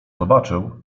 zobaczył